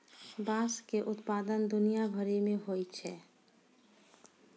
बाँस के उत्पादन दुनिया भरि मे होय छै